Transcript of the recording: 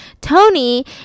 Tony